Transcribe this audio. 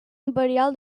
imperial